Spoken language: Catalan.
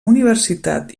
universitat